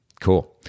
Cool